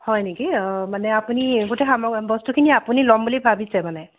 হয় নেকি অ মানে আপুনি গোটেই সামগ্ৰী বস্তুখিনি আপুনি ল'ম বুলি ভাবিছে মানে